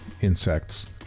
insects